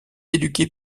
éduquée